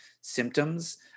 symptoms